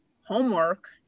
homework